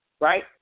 right